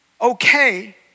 okay